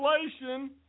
inflation